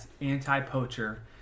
anti-poacher